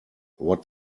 what